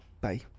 Bye